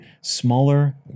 smaller